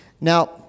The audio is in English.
Now